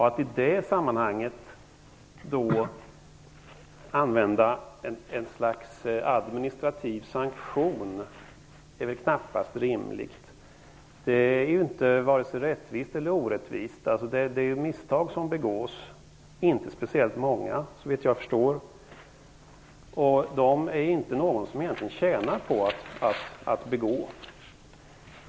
Att använda ett slags administrativ sanktion i det sammanhanget är knappast rimligt. De misstag som begås är såvitt jag förstår inte speciellt många, och det är inte någon som egentligen tjänar på att begå dem.